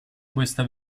questa